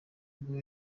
ubwo